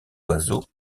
oiseaux